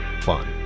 fun